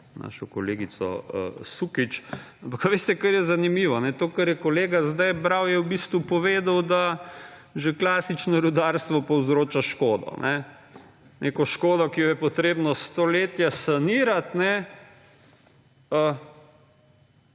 našo kolegico Sukič. Ampak, veste, kar je zanimivo, to, kar je kolega zdaj bral, je v bistvu povedal, da že klasično rudarstvo povzroča škodo, neko škodo, ki jo je treba stoletja sanirati.